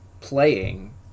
playing